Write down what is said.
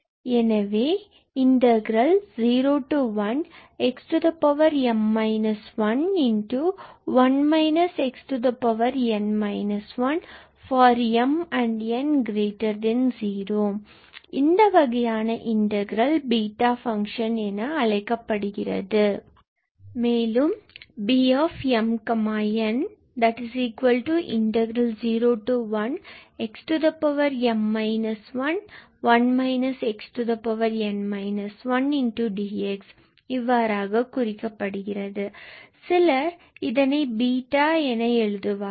எனவே 01xm 1 n 1dx for 𝑚0 and 𝑛0 இந்த வகையான இன்டகிரல் பீட்டா ஃபங்க்ஷன் என அழைக்கப்படுகிறது மேலும் Β𝑚𝑛01xm 1 n 1dx இவ்வாறாக குறிக்கப்படுகிறது சிலர் பதிலாக 𝛽 என எழுதுவார்கள்